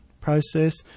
process